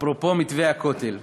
אפרופו מתווה הכותל,